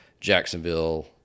Jacksonville